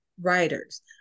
writers